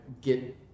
get